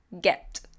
get